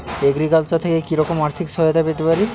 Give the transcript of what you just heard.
Agriculture থেকে কি রকম আর্থিক সহায়তা পেতে পারি?